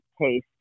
case